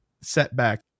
setback